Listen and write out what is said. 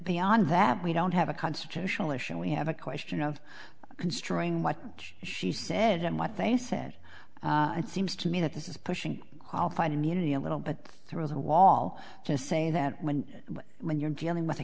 beyond that we don't have a constitutional issue and we have a question of construing what she said and what they said it seems to me that this is pushing qualified immunity a little but throws a wall to say that when when you're dealing with a